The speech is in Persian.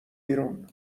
بیرون